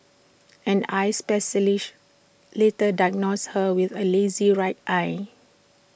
an eye specialist later diagnosed her with A lazy right eye